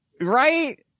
right